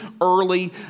early